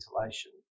ventilation